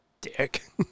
Dick